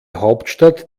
hauptstadt